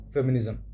Feminism